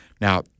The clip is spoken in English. Now